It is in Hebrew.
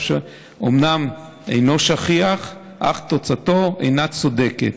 שאומנם אינו שכיח אך התוצאה שלו אינה צודקת.